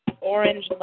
orange